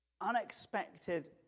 unexpected